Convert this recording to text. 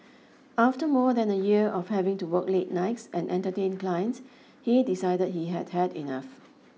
after more than a year of having to work late nights and entertain clients he decided he had had enough